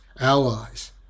allies